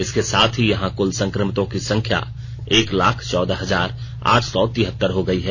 इसके साथ ही यहां कुल संक्रमितों की संख्या एक लाख चौदह हजार आठ सौ तिहत्तर हो गई है